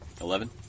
Eleven